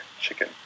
chicken